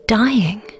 dying